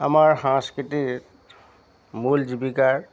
আমাৰ সংস্কৃতিৰ মূল জীৱিকাৰ